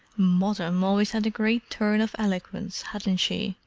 moddam always had a great turn of eloquence, hadn't she?